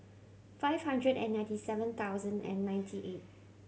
five hundred and ninety seven thousand and ninety eight